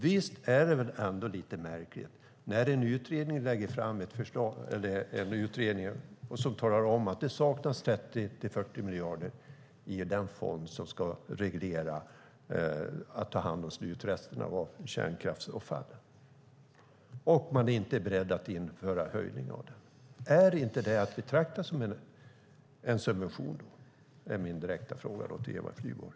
Visst är det väl ändå lite märkligt när en utredning talar om att det saknas 30-40 miljarder i den fond som ska ta hand om slutresterna av kärnkraftsavfallet och man inte är beredd att införa en höjning för den? Är inte det att betrakta som en subvention? Det är min direkta fråga till Eva Flyborg.